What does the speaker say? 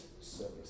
service